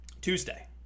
tuesday